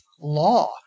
law